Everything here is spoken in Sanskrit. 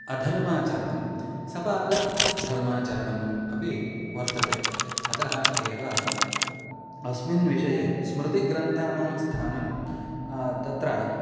अधर्माचरणं सपादधर्माचरणम् अपि वर्तते अतः एव अस्मिन् विषये स्मृतिग्रन्थानां स्थानं तत्र